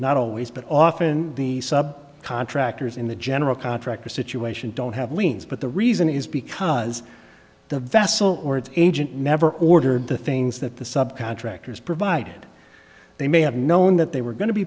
not always but often the sub contractors in the general contractor situation don't have liens but the reason is because the vessel or its agent never ordered the things that the sub contractors provided they may have known that they were going to be